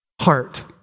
heart